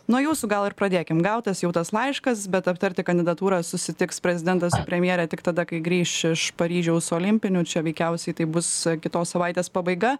nuo jūsų gal ir pradėkim gautas jau tas laiškas bet aptarti kandidatūras susitiks prezidentas su premjere tik tada kai grįš iš paryžiaus olimpinių čia veikiausiai tai bus kitos savaitės pabaiga